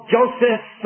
Joseph